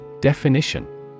Definition